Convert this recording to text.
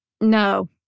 no